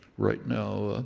right now,